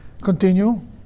Continue